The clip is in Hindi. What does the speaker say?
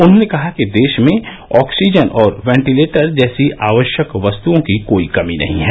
उन्होंने कहा कि देश में ऑक्सीजन और वेटिलेटर जैसी आवश्यक वस्तुओं की कोई कमी नहीं है